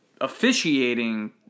officiating